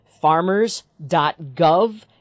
Farmers.gov